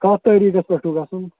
کَتھ تٲریٖخس پٮ۪ٹھ چھُو گژھُن